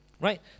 right